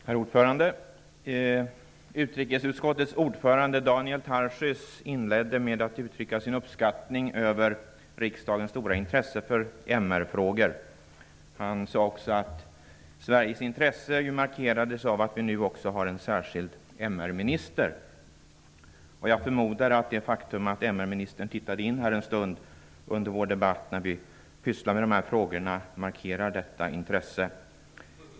Herr talman! Utrikesutskottets ordförande Daniel Tarschys inledde med att uttrycka sin uppskattning över riksdagens stora intresse för MR-frågor. Han sade också att Sveriges intresse markerades av att vi nu också har en särskild MR-minister. Jag förmodar att det faktum att denne minister tittade in här en stund under vår debatt när vi pysslade med dessa frågor markerar detta intresse.